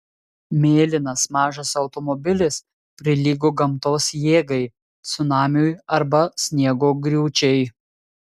mėlynas mažas automobilis prilygo gamtos jėgai cunamiui arba sniego griūčiai